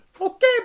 Okay